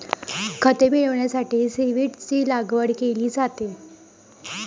खते मिळविण्यासाठी सीव्हीड्सची लागवड केली जाते